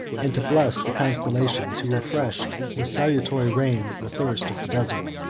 and to bless the constellations who refreshed, with salutary rains the thirst of the desert.